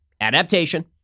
adaptation